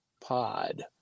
pod